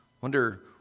wonder